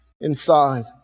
inside